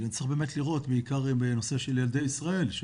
וצריך באמת לראות, בעיקר בנושא של ילדי ישראל.